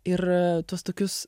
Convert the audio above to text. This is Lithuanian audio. ir tuos tokius